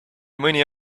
mõni